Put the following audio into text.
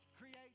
create